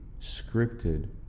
scripted